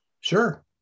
Sure